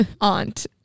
Aunt